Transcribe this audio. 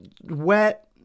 wet